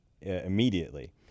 immediately